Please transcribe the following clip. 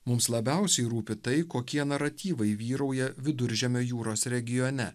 mums labiausiai rūpi tai kokie naratyvai vyrauja viduržemio jūros regione